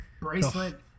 bracelet